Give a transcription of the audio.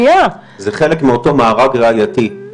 זה חלק מאותו מארג ראייתי.